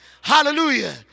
Hallelujah